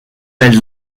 elles